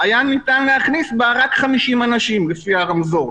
היה ניתן להכניס בה רק 50 אנשים לפי הרמזור.